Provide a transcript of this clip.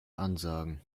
ansagen